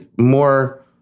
more